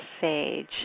Sage